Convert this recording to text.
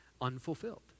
unfulfilled